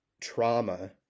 trauma